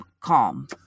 calm